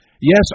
Yes